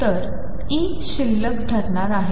तर E क्षुल्लक ठरणार आहे